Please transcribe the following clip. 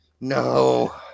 No